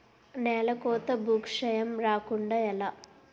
నేలకోత భూక్షయం రాకుండ ఎలా?